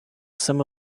some